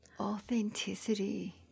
authenticity